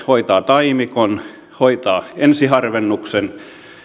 hoitaa taimikon hoitaa ensiharvennuksen